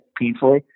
painfully